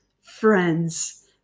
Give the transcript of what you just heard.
friends